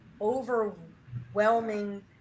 overwhelming